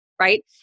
Right